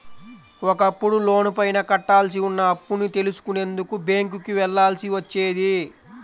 ఒకప్పుడు లోనుపైన కట్టాల్సి ఉన్న అప్పుని తెలుసుకునేందుకు బ్యేంకుకి వెళ్ళాల్సి వచ్చేది